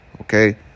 Okay